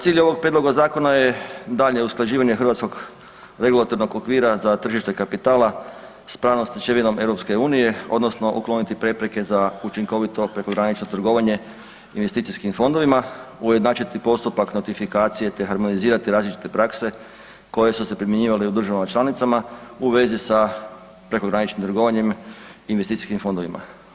Cilj ovog prijedloga zakona je daljnje usklađivanje hrvatskog regulatornog okvira za tržište kapitala s pravnom stečevinom EU odnosno ukloniti prepreke za učinkovito prekogranično trgovanje investicijskih fondovima, ujednačiti postupak notifikacije te harmonizirati različite prakse koje su se primjenjivale u državama članicama u vezi sa prekograničnim trgovanjem investicijskim fondovima.